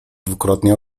dwukrotnie